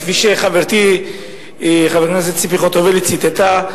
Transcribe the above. כפי שחברתי חברת הכנסת ציפי חוטובלי ציטטה,